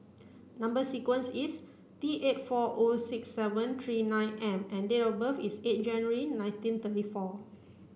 number sequence is T eight four O six seven three nine M and date of birth is eight January nineteen thirty four